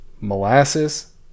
molasses